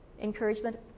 encouragement